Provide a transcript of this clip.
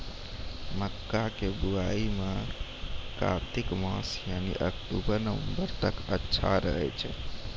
मक्का के बुआई भी कातिक मास यानी अक्टूबर नवंबर तक अच्छा रहय छै